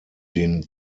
den